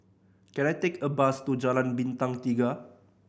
can I take a bus to Jalan Bintang Tiga